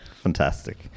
Fantastic